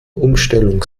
umstellung